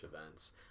events